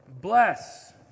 Bless